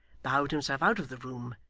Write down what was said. bowed himself out of the room,